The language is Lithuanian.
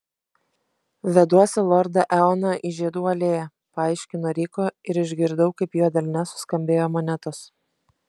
veduosi lordą eoną į žiedų alėją paaiškino ryko ir išgirdau kaip jo delne suskambėjo monetos